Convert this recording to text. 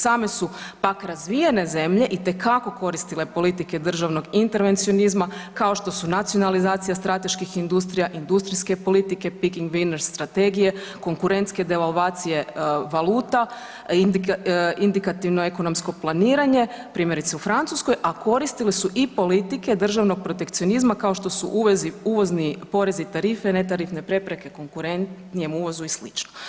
Same su pak razvijene zemlje itekako koristile politike državnog intervencionizma kao što su nacionalizacija strateških industrija, industrijske politike, Picking Winners strategije, konkurentske devalvacije valuta, indikativno ekonomsko planiranje, primjerice u Francuskoj, a koristili su i politike državnog protekcionizma, kao što su uvozni porezni i tarife, netarifne prepreke, konkurentnijem uvozu i slično.